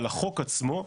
אבל החוק עצמו,